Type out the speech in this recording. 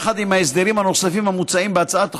יחד עם ההסדרים הנוספים המוצעים בהצעת החוק,